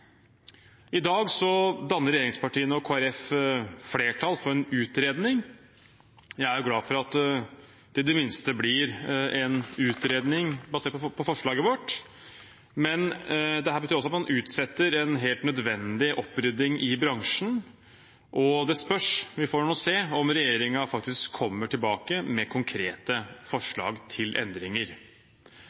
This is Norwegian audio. I dag danner regjeringspartiene og Kristelig Folkeparti flertall for en utredning. Jeg er glad for at det i det minste blir en utredning basert på forslaget vårt, men dette betyr også at man utsetter en helt nødvendig opprydding i bransjen. Det spørs – vi får nå se – om regjeringen faktisk kommer tilbake med konkrete forslag til endringer.